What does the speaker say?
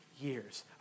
years